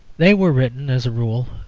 they were written, as a rule,